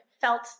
felt